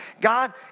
God